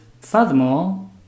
furthermore